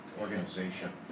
organization